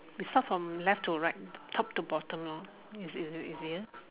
we start from left to right top to bottom lor is it easier